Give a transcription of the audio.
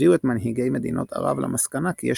הביאו את מנהיגי מדינות ערב למסקנה כי יש